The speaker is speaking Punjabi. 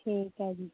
ਠੀਕ ਹੈ ਜੀ